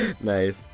Nice